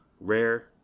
rare